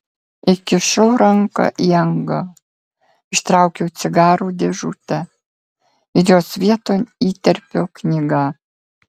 įkišau ranką į angą ištraukiau cigarų dėžutę ir jos vieton įterpiau knygą